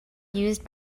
used